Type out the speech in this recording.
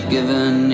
Given